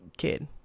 kid